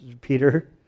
Peter